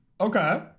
Okay